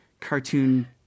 cartoon